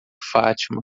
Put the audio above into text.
fátima